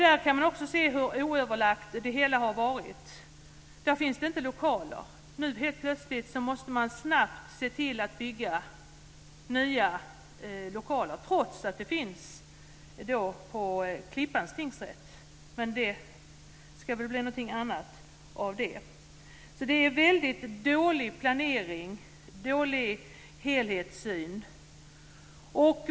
Vi kan se hur oöverlagt det hela har varit. Det finns inga lokaler. Nu måste man helt plötsligt snabbt se till att bygga nya lokaler trots att det finns lokaler vid Klippans tingsrätt. Men det ska väl bli någonting annat av dem. Det är alltså en väldigt dålig planering och en dålig helhetssyn.